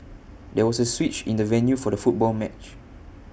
there was A switch in the venue for the football match